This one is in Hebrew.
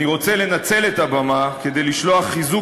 אני רוצה לנצל את הבמה כדי לשלוח חיזוק